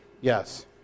Yes